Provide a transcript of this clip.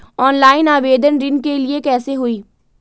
Online आवेदन ऋन के लिए कैसे हुई?